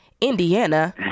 Indiana